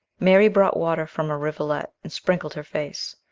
mary brought water from a rivulet, and sprinkled her face.